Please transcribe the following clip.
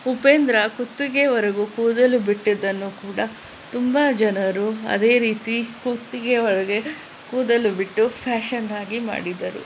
ಉಪೇಂದ್ರ ಕುತ್ತಿಗೆವರೆಗೂ ಕೂದಲು ಬಿಟ್ಟಿದ್ದನ್ನು ಕೂಡ ತುಂಬ ಜನರು ಅದೇ ರೀತಿ ಕುತ್ತಿಗೆಯವರಗೆ ಕೂದಲು ಬಿಟ್ಟು ಫ್ಯಾಷನ್ ಹಾಗೆ ಮಾಡಿದರು